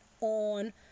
on